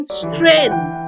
strength